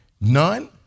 none